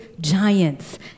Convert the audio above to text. giants